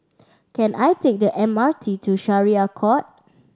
can I take the M R T to Syariah Court